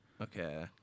Okay